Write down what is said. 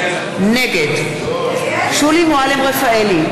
נגד שולי מועלם-רפאלי,